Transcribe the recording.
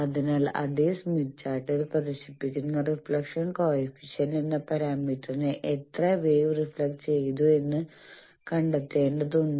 അതിനാൽ അതേ സ്മിത്ത് ചാർട്ടിൽ പ്രദർശിപ്പിച്ചിരിക്കുന്ന റിഫ്ലക്ഷൻ കോയെഫിഷന്റ് എന്ന പരാമീറ്ററിനെ എത്ര വേവ് റിഫ്ലക്ട് ചെയ്തു എന്ന് കണ്ടെത്തേണ്ടതുണ്ട്